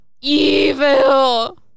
Evil